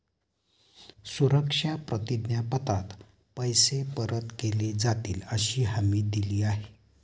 सुरक्षा प्रतिज्ञा पत्रात पैसे परत केले जातीलअशी हमी दिली आहे